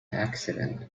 accident